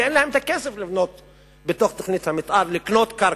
כי אין להם כסף בתוך תוכנית המיתאר לקנות קרקע.